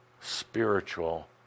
spiritual